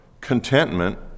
contentment